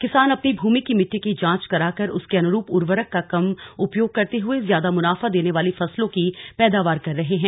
किसान अपनी भूमि की मिट्टी की जांच कराकर उसके अनुरूप उर्वरक का कम उपयोग करते हुए ज्यादा मुनाफा देने वाली फसलों की पैदावार कर रहे हैं